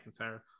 McIntyre